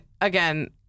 again